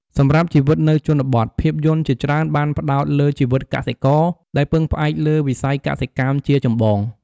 សម្រាប់ជីវិតនៅជនបទ ភាពយន្តជាច្រើនបានផ្តោតលើជីវិតកសិករ ដែលពឹងផ្អែកលើវិស័យកសិកម្មជាចម្បង ។